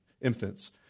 infants